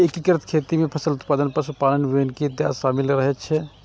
एकीकृत खेती मे फसल उत्पादन, पशु पालन, वानिकी इत्यादि शामिल रहै छै